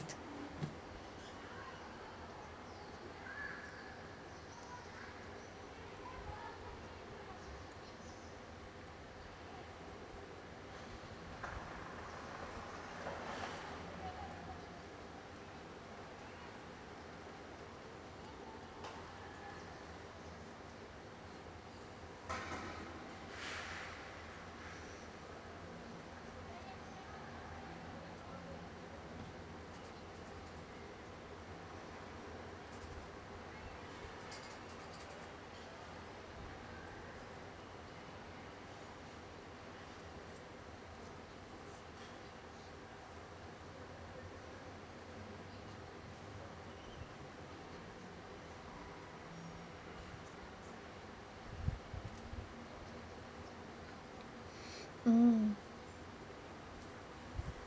mm